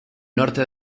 norte